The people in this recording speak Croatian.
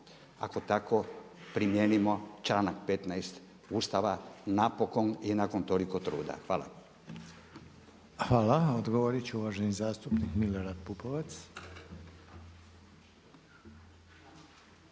ako tako primijenimo članak 15. Ustava napokon i nakon toliko truda. Hvala. **Reiner, Željko (HDZ)** Hvala. Odgovorit će uvaženi zastupnik Milorad Pupovac.